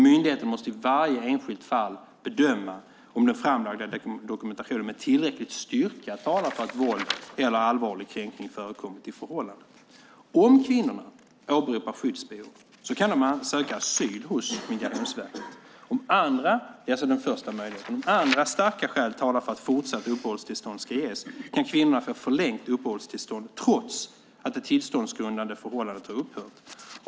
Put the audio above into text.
Myndigheten måste i varje enskilt fall bedöma om den framlagda dokumentationen med tillräcklig styrka talar för att våld eller allvarlig kränkning förekommit i förhållandet. Om kvinnorna åberopar skyddsbehov kan de söka asyl hos Migrationsverket. Om andra starka skäl talar för att fortsatt uppehållstillstånd ska ges kan kvinnorna få förlängt uppehållstillstånd trots att det tillståndsgrundande förhållandet har upphört.